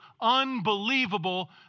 unbelievable